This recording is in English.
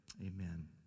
amen